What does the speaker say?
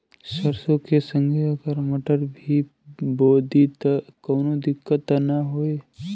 सरसो के संगे अगर मटर भी बो दी त कवनो दिक्कत त ना होय?